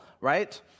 right